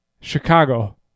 Chicago